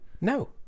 No